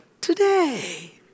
today